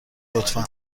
لطفا